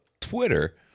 Twitter